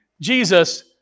Jesus